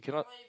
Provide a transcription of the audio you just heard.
cannot